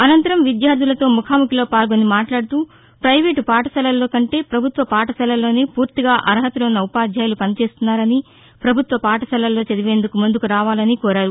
అనంతరం విద్యార్దులతో ముఖాముఖిలో పాల్గొని మాట్లాడుతూ మైవేటు పాఠశాలల్లో కంటే ప్రభుత్వ పాఠశాలల్లోనే పూర్తిగా అర్హతలున్న ఉపాధ్యాయులు పనిచేస్తున్నారని ప్రభుత్వ పాఠశాలల్లో చదివేందుకు ముందుకు రావాలని కోరారు